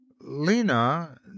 Lena